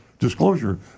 Disclosure